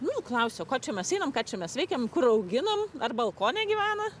nu klausia ko čia mes einam ką čia mes veikiam kur auginam ar balkone gyvena